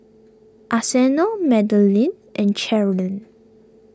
Arsenio Madelynn and Cherilyn